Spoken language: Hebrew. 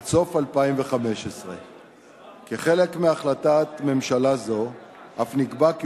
עד סוף 2015. כחלק מהחלטת הממשלה הזאת אף נקבע כי